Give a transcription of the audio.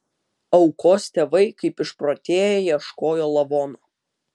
aukos tėvai kaip išprotėję ieškojo lavono